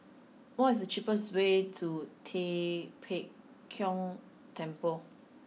what is the cheapest way to Tua Pek Kong Temple